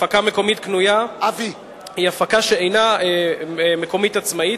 הפקה מקומית קנויה היא הפקה שאינה מקומית עצמאית,